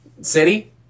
City